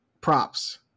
props